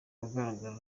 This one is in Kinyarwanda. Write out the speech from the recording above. agaragara